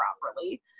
properly